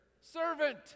servant